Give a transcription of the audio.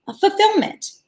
fulfillment